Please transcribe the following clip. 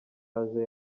yaje